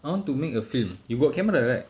I want to make a film you got camera right